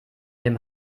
dem